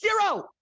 Zero